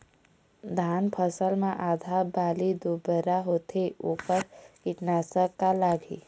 धान फसल मे आधा बाली बोदरा होथे वोकर कीटनाशक का लागिही?